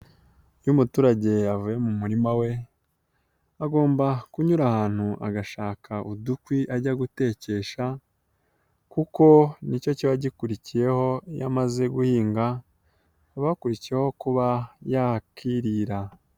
Iyo umuturage yavuye mu murima we, agomba kunyura ahantu agashaka udukwi ajya gutekesha kuko nicyo cyiba gikurikiyeho iyo amaze guhinga habakurikiyeho kuba yakirira.